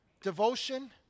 Devotion